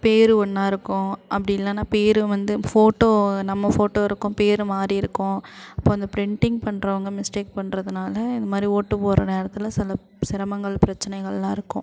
பேர் ஒன்றா இருக்கும் அப்படி இல்லைன்னா பேரும் வந்து ஃபோட்டோ நம்ம ஃபோட்டோ இருக்கும் பேர் மாறி இருக்கும் அப்புறம் அந்த ப்ரிண்டிங் பண்ணுறவங்க மிஸ்டேக் பண்ணுறதுனால இந்தமாதிரி ஓட்டு போடுற நேரத்தில் சில சிரமங்கள் பிரச்சனைகள்லாம் இருக்கும்